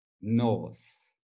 north